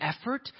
effort